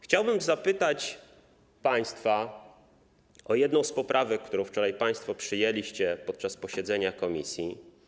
Chciałbym zapytać państwa o jedną z poprawek, którą wczoraj państwo przyjęliście podczas posiedzenia komisji.